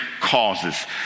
causes